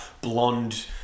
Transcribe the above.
blonde